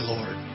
Lord